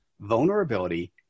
vulnerability